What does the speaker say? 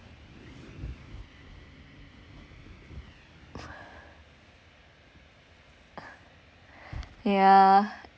yeah